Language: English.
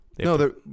No